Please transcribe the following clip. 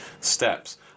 steps